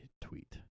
tweet